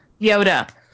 Yoda